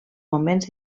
moments